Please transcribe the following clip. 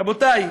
רבותי,